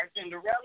Cinderella